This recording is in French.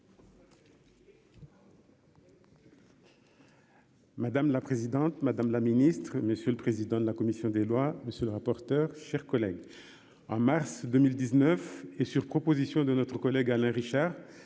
Madame la présidente, madame la ministre, messieurs le président de la commission des lois. Monsieur le rapporteur. Chers collègues, en mars 2019 et sur proposition de notre collègue, Alain Richard.